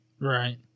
Right